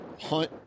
hunt